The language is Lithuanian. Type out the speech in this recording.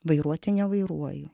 vairuoti nevairuoju